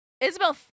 Isabel